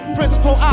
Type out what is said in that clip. Principal